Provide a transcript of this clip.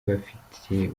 bafitiye